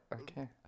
Okay